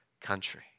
country